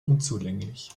unzulänglich